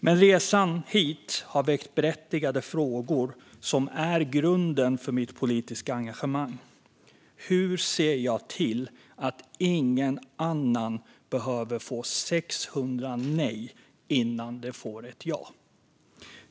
Men resan hit har väckt berättigade frågor som är grunden för mitt politiska engagemang. Hur ser jag till att ingen annan behöver få 600 nej innan man får ett ja?